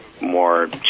more